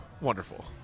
wonderful